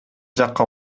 жакка